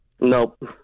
Nope